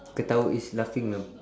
ketawa is laughing